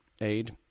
aid